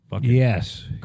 Yes